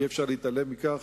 אי-אפשר להתעלם מכך,